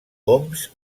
homs